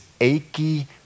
achy